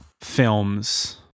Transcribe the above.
films